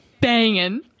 Banging